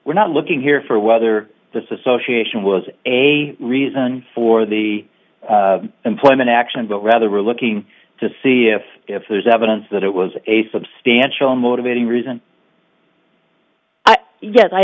we're not looking here for whether disassociation was a reason for the employment action but rather are looking to see if if there's evidence that it was a substantial motivating reason yes i